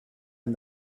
and